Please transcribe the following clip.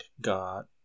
got